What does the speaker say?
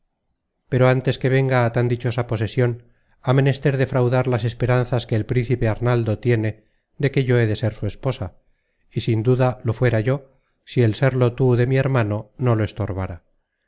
pero antes que venga á tan dichosa posesion ha menester defraudar las esperanzas que el príncipe arnaldo tiene de que yo he de ser su esposa y sin duda lo fuera yo si el serlo tú de mi hermano no lo estorbara